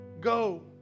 go